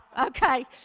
Okay